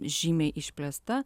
žymiai išplėsta